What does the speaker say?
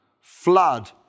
flood